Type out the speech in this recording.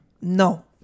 No